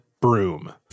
broom